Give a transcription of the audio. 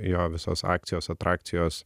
jo visos akcijos atrakcijos